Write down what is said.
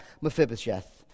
Mephibosheth